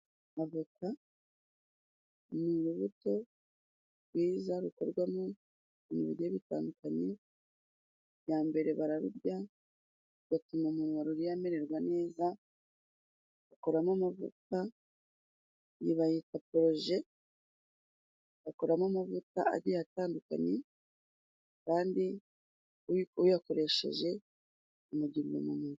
Avoka ni urubuto rwiza rukorwamo ibintu bigiye bitandukanye, icya mbere bararurya, bigatuma umuntu wa ruriye amererwa neza, bakuramo amavuta, iyi bayita proje, bakuramo amavuta agiye atandukanye, kandi uyakoresheje amagirira umumaro.